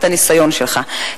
את הניסיון שלך,